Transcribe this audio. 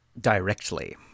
Directly